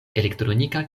elektronika